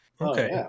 Okay